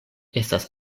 estas